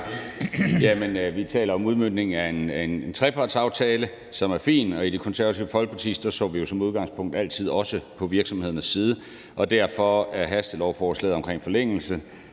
Vi taler om udmøntningen af en trepartsaftale, som er fin. I Det Konservative Folkeparti står vi jo som udgangspunkt også altid på virksomhedernes side, og derfor er hastelovforslaget omkring en forlængelse